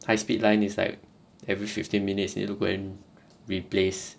high speed line is like every fifteen minutes need to go and replace